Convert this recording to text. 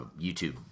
YouTube